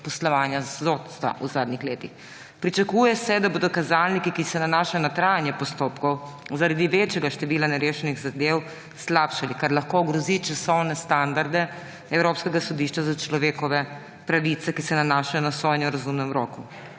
poslovanja sodstva v zadnjih letih. Pričakuje se, da se bodo kazalniki, ki se nanašajo na trajanje postopkov, zaradi večjega števila nerešenih zadev slabšali, kar lahko ogrozi časovne standarde Evropskega sodišča za človekove pravice, ki se nanašajo na sojenje v razumnem roku.